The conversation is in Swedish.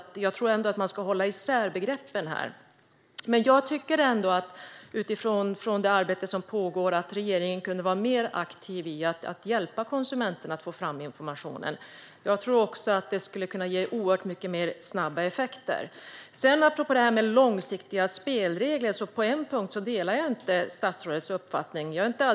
Man måste nog hålla isär begreppen. Utifrån det arbete som pågår tycker jag att regeringen kunde vara mer aktiv och hjälpa konsumenten att få information. Det skulle kunna ge mycket snabbare effekter. Apropå långsiktiga spelregler delar jag inte statsrådets uppfattning på en punkt.